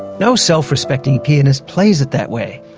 no self-respecting pianist plays it that way.